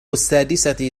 السادسة